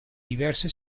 diverse